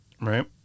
right